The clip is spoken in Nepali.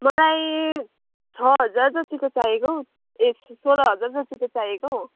मलाई छः हजार जतिको चाहिएको हो ए सोह्र हजार जतिको चाहिएको हो